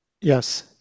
Yes